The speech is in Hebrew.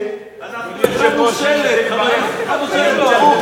אני רוצה לברך,